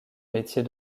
métier